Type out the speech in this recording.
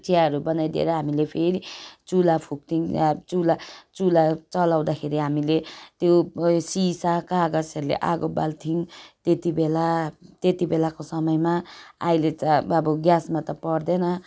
चियाहरू बनाइदिएर हामीले फेरि चुल्हा फुक्थ्यौँ त्यहाँ चुल्हा चुल्हा चलाउँदाखेरि हामीले त्यो सिसा कागजहरूले आगो बाल्थ्यौँ त्यतिबेला त्यतिबेलाको समयमा अहिले त अबो ग्यासमा त पर्दैन